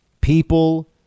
people